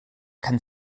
kann